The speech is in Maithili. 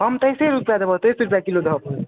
हम तेइसे रुपैए देबऽ तेइस रुपैए दहक